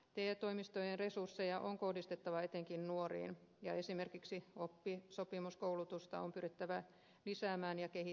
te toimistojen resursseja on kohdistettava etenkin nuoriin ja esimerkiksi oppisopimuskoulutusta on pyrittävä lisäämään ja kehittämään